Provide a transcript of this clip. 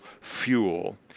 fuel